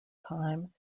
time